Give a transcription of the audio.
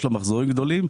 יש לה מחזורים גדולים.